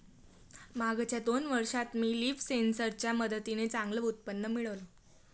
मागच्या दोन वर्षात मी लीफ सेन्सर च्या मदतीने चांगलं उत्पन्न मिळवलं